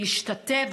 להשתתף,